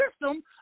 system